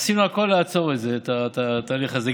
עשינו הכול לעצור את התהליך הזה.